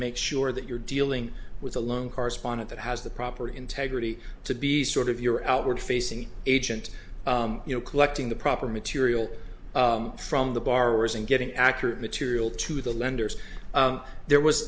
make sure that you're dealing with a loan correspondent that has the proper integrity to be sort of your outward facing agent you know collecting the proper material from the borrowers and getting accurate material to the lenders there was